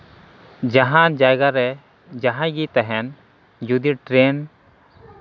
ᱡᱟᱦᱟᱸ ᱡᱟᱭᱜᱟ ᱨᱮ ᱡᱟᱦᱟᱸᱭ ᱜᱮ ᱛᱟᱦᱮᱱ ᱡᱚᱫᱤ ᱴᱨᱮᱱ